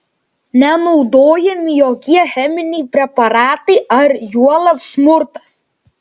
nenaudojami jokie cheminiai preparatai ar juolab smurtas